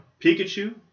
Pikachu